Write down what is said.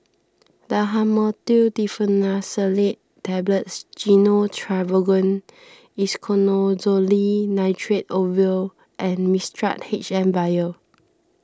Dhamotil Diphenoxylate Tablets Gyno Travogen Isoconazole Nitrate Ovule and Mixtard H M Vial